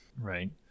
right